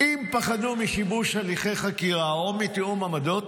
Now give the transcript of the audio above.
אם פחדו משיבוש הליכי חקירה או מתיאום עמדות,